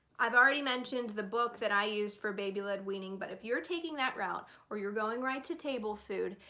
i've already mentioned the book that i used for baby led weaning but if you're taking that route or you're going right to table food,